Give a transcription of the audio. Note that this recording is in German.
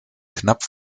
knapp